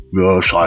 yes